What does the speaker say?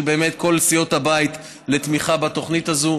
כל סיעות הבית לתמיכה בתוכנית הזאת.